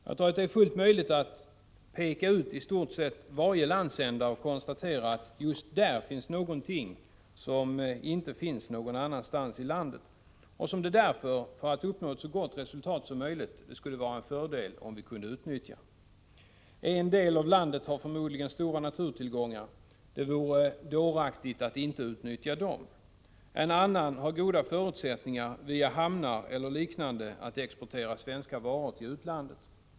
Jag tror att det är fullt möjligt att i stort sett peka ut varje landsända och konstatera att just där finns någonting som inte finns någon annanstans i landet och som det därför — för att uppnå ett så gott resultat som möjligt — skulle vara en fördel om vi kunde utnyttja. En del av landet har förmodligen stora naturtillgångar. Det vore dåraktigt att inte utnyttja dem. En annan har goda förutsättningar — via hamnar eller liknande — att exportera svenska varor till utlandet.